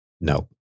No